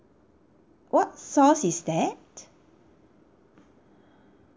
what sauce is that